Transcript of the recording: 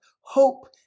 hope